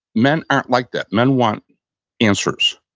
men aren't like that. men want answers.